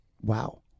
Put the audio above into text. wow